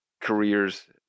careers